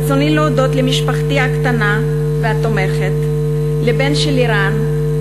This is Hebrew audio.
ברצוני להודות למשפחתי הקטנה והתומכת: לבן שלי רן,